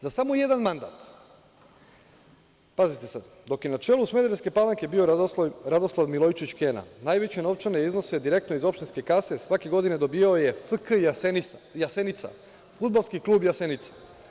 Za samo jedan mandat, pazite sada, dok je na čelu Smederevske Palanke bio Radoslav Milojičić Kena, najveće novčane iznose direktno iz opštinske kase svake godine dobijao je FK „Jasenica“, Fudbalski klub „Jasenica“